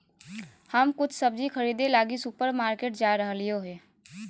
हम कुछ सब्जि खरीदे लगी सुपरमार्केट जा रहलियो हें